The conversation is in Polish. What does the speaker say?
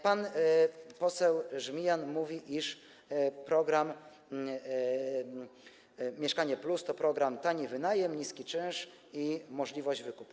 Pan poseł Żmijan mówi, iż program „Mieszkanie+” to program: tani wynajem, niski czynsz i możliwość wykupu.